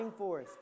rainforest